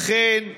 לכן,